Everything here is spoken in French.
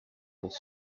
pour